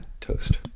toast